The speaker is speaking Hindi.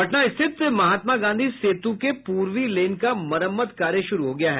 पटना स्थित महात्मा गांधी सेतू के पूर्वी लेन का मरम्मत कार्य शूरू हो गया है